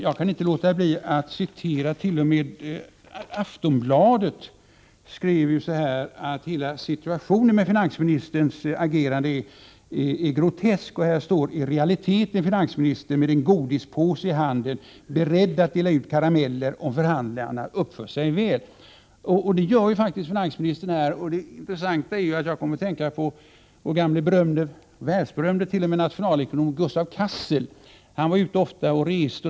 Jag kan inte låta bli att citera t.o.m. Aftonbladet. Aftonbladet skriver bl.a.: ”Hela situationen med finansministerns agerande är groteskt. Här står, i realiteten, finansministern med en godispåse i handen, beredd att dela ut karameller om förhandlare uppför sig väl.” Finansministern resonerar faktiskt på det sättet. Jag kom att tänka på vår världsberömde nationalekonom Gustav Cassel. Han var ofta ute och reste.